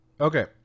Okay